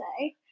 say